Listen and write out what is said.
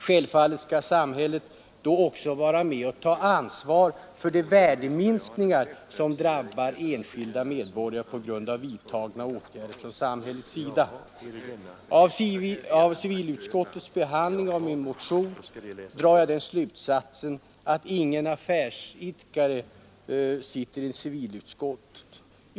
Självfallet skall samhället då också vara med och ta ansvar för de värdeminskningar som drabbar enskilda medborgare på grund av vidtagna åtgärder från samhällets sida. Av civilutskottets behandling av min motion drar jag den slutsatsen att inga affärsidkare sitter i civilutskottet.